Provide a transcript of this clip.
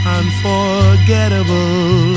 unforgettable